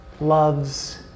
loves